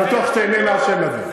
אני בטוח שתיהנה מהשם הזה.